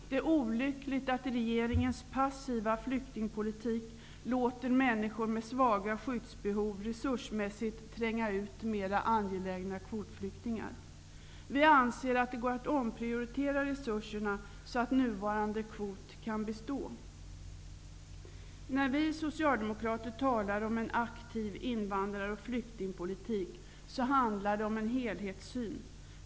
Det är olyckligt att regeringens passiva flyktingpolitik låter människor med svaga skyddsbehov resursmässigt tränga ut mer angelägna kvotflyktingar. Vi anser att det går att omprioritera resurserna så att nuvarande kvot kan bestå. När vi socialdemokrater talar om en aktiv invandrar och flyktingpolitik handlar det om en helhetssyn.